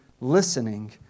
listening